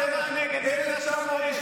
צבאות ערב פתחו במלחמה נגד מדינת ישראל,